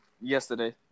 yesterday